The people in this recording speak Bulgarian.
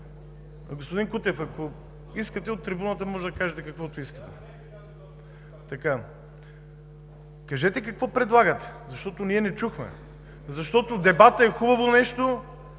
Господин Кутев, ако искате, от трибуната може да кажете каквото искате. Кажете какво предлагате, защото ние не чухме? Защото дебатът е хубаво нещо,